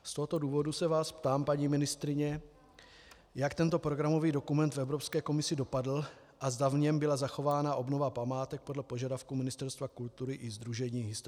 Z tohoto důvodu se vás ptám, paní ministryně, jak tento programový dokument v Evropské komisi dopadl a zda v něm byla zachována obnova památek podle požadavku Ministerstva kultury i Sdružení historických sídel.